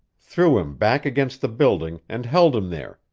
threw him back against the building, and held him there,